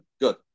Good